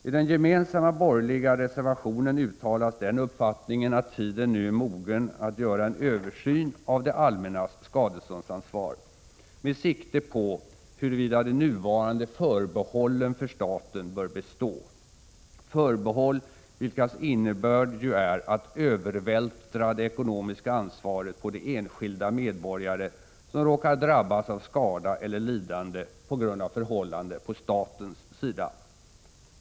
I den gemensamma borgerliga reservationen uttalas den uppfattningen att tiden nu är mogen att göra en översyn av det allmännas skadeståndsansvar, med sikte på huruvida de nuvarande förbehållen för staten bör bestå — förbehåll vilkas innebörd ju är att övervältra det ekonomiska ansvaret på de enskilda medborgare som råkar drabbas av skada eller lidande på grund av förhållande på statens sida.